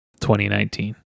2019